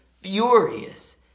furious